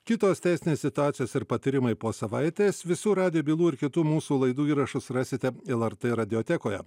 kitos teisinės situacijos ir patarimai po savaitės visų radijo bylų ir kitų mūsų laidų įrašus rasite lrt radiotekoje